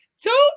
Two